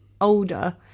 older